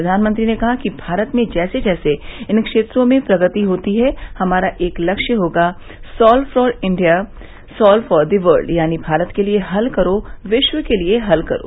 प्रधानमंत्री ने कहा कि भारत में जैसे जैसे इन क्षेत्रों में प्रगति होती है हमारा एक लक्ष्य होगा solve for India solve for the world यानी भारत के लिए हल करो विश्व के लिए हल करो